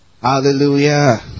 Hallelujah